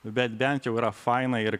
bet bent jau yra faina ir